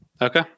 Okay